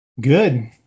Good